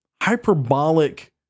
hyperbolic